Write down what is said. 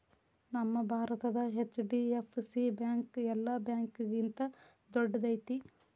ನಮ್ಮ ಭಾರತದ HDFC bank ಯೆಲ್ಲಾ ಬ್ಯಾಂಕ್ಗಿಂತಾ ದೊಡ್ದೈತಿ